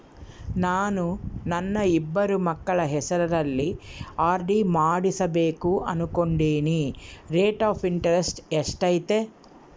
ನಾನು ನನ್ನ ಇಬ್ಬರು ಮಕ್ಕಳ ಹೆಸರಲ್ಲಿ ಆರ್.ಡಿ ಮಾಡಿಸಬೇಕು ಅನುಕೊಂಡಿನಿ ರೇಟ್ ಆಫ್ ಇಂಟರೆಸ್ಟ್ ಎಷ್ಟೈತಿ?